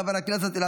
חבר הכנסת מתן כהנא,